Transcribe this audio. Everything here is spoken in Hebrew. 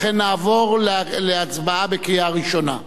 לכן נעבור להצבעה בקריאה ראשונה.